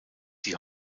die